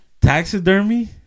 Taxidermy